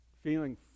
feeling